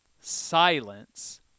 silence